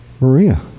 Maria